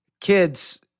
kids